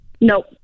Nope